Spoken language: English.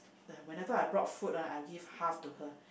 uh whenever I brought food ah I give half to her